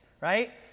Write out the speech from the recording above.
right